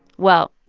well,